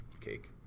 cake